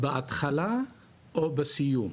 בהתחלה או בסיום.